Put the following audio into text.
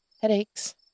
headaches